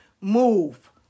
Move